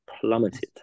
plummeted